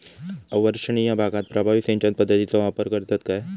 अवर्षणिय भागात प्रभावी सिंचन पद्धतीचो वापर करतत काय?